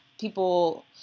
people